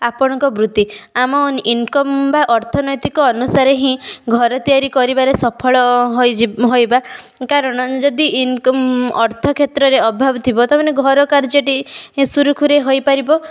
ଆପଣଙ୍କ ବୃତ୍ତି ଆମ ଇନକମ୍ ବା ଅର୍ଥନୈତିକ ଅନୁସାରେ ହିଁ ଘର ତିଆରି କରିବାରେ ସଫଳ ହୋଇବା କାରଣ ଯଦି ଇନକମ୍ ଅର୍ଥ କ୍ଷେତ୍ରରେ ଅଭାବ ଥିବ ତା'ମାନେ ଘର କାର୍ଯ୍ୟଟି ସୁରୁଖୁରୁରେ ହୋଇପାରିବ